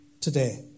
today